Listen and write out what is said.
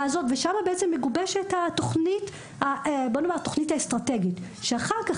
הזאת ושם בעצם מגובשת התוכנית האסטרטגית שאחר כך